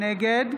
נגד